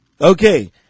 Okay